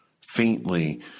faintly